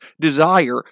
desire